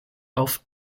auf